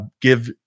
give